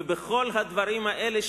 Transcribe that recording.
ובכל הדברים האלה,